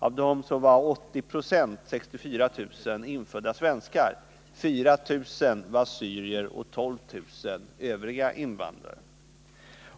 Av dem var 80 26, 64 000, infödda svenskar, 4 000 var assyrier och 12 000 övriga invandrare.